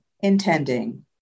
intending